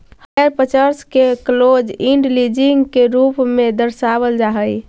hire purchase के close end leasing के रूप में दर्शावल जा हई